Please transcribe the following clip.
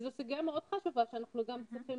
זו סוגיה מאוד חשובה שאנחנו צריכים